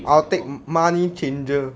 I will take money changer